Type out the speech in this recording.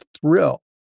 thrill